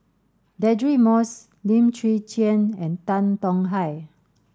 Deirdre Moss Lim Chwee Chian and Tan Tong Hye